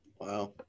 Wow